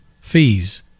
Fees